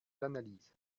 l’analyse